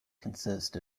consist